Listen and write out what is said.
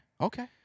Okay